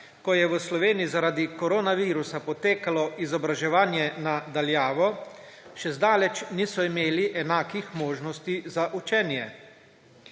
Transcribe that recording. ko je v Sloveniji zaradi koronavirusa potekalo izobraževanje na daljavo, še zdaleč niso imeli enakih možnosti za učenje.